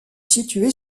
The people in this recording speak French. située